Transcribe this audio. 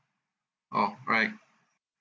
orh right